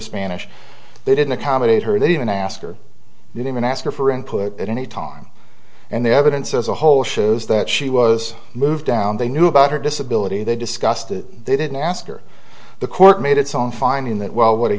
spanish they didn't accommodate her they didn't ask or didn't ask her for input at any time and the evidence as a whole shows that she was moved down they knew about her disability they discussed it they didn't ask her the court made its own finding that well what a